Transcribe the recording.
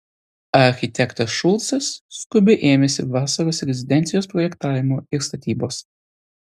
architektas šulcas skubiai ėmėsi vasaros rezidencijos projektavimo ir statybos